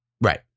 Right